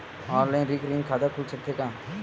Online recurring खाता खुल सकथे का?